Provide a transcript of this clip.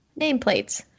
nameplates